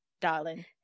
darling